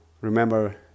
remember